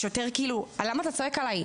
למה השוטר צועק עלי?